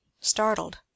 startled